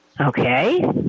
okay